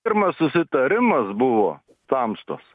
pirmas susitarimas buvo tamstos